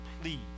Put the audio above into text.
please